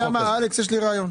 יש לי רעיון: